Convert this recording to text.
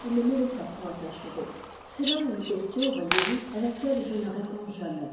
elle ne me laissa point achever c'est là une question voyez-vous à laquelle je ne réponds jamais